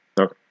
Okay